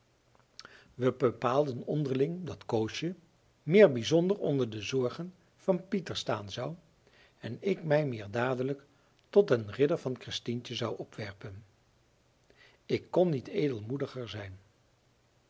wij bepaalden onderling dat koosje meer bijzonder onder de zorgen van pieter staan zou en ik mij meer dadelijk tot den ridder van christientje zou opwerpen ik kon niet edelmoediger zijn